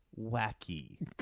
wacky